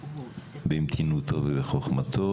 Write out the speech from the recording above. במתינותו ובחוכמתו